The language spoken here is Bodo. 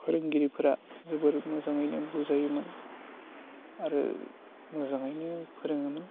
फोरोंगिरिफोरा जोबोर मोजाङैनो बुजायोमोन आरो मोजाङैनो फोरोङोमोन